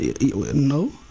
no